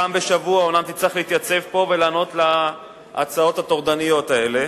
אומנם פעם בשבוע היא תצטרך להתייצב פה ולענות להצעות הטורדניות האלה,